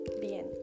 bien